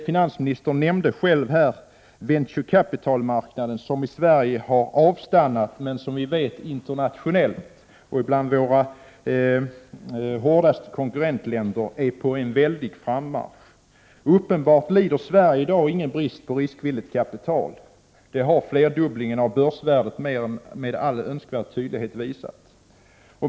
Finansministern nämnde själv här venture capital-marknaden som har avstannat i Sverige men som internationellt och bland våra hårdaste konkurrentländer är på frammarsch. Uppenbarligen lider Sverige i dag ingen brist på riskvilligt kapital. Det har flerdubblingen av börsvärdet med all önskvärd tydlighet visat.